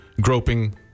groping